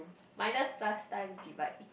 minus plus times divide